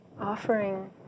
offering